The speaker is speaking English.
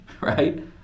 right